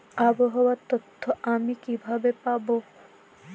আবহাওয়ার তথ্য আমি কিভাবে পাবো?